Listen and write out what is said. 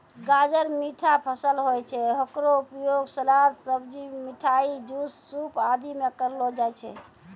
गाजर मीठा फसल होय छै, हेकरो उपयोग सलाद, सब्जी, मिठाई, जूस, सूप आदि मॅ करलो जाय छै